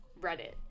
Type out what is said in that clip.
Reddit